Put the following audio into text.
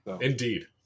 Indeed